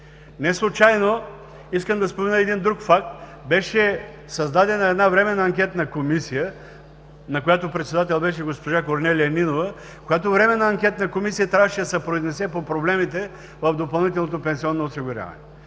дружества. Искам да спомена и един друг факт: неслучайно беше създадена временна анкетна комисия, на която председател беше госпожа Корнелия Нинова, която временна анкетна комисия трябваше да се произнесе по проблемите в допълнителното пенсионно осигуряване.